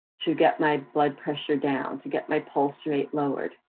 to get my blood pressure down, to get my pulse rate lowered.